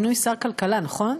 נכון?